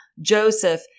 Joseph